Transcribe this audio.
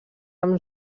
amb